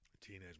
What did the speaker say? Teenage